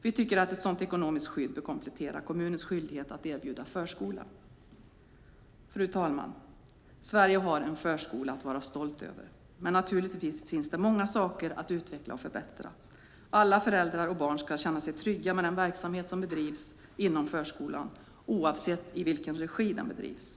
Vi tycker att ett sådant ekonomiskt skydd bör komplettera kommunens skyldighet att erbjuda förskola. Fru talman! Sverige har en förskola att vara stolt över, men naturligtvis finns det många saker att utveckla och förbättra. Alla föräldrar och barn ska känna sig trygga med den verksamhet som bedrivs inom förskolan, oavsett i vilken regi den bedrivs.